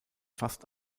fast